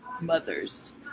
mothers